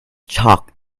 chalk